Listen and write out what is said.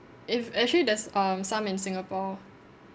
if actually there's um some in singapore